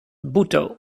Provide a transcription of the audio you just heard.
bhutto